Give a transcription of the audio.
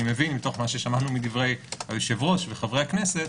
אני מבין מדברי היושב-ראש וחברי הכנסת